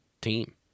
team